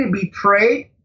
betrayed